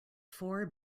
four